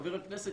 חבר הכנסת,